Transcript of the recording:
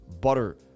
butter